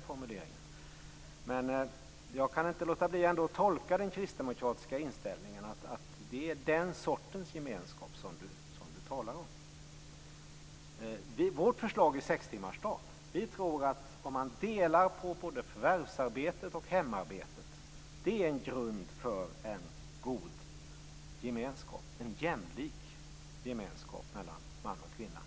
från, men jag kan inte låta bli att tolka in i den kristdemokratiska inställningen att det är den sortens gemenskap som Alf Svensson talar om. Vårt förslag är sextimmarsdagen. Delat förvärvsarbete och hemarbete tror vi är grunden för en god och jämlik gemenskap mellan man och kvinna.